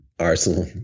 Arsenal